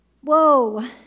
Whoa